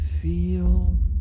Feel